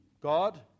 God